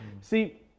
See